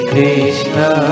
Krishna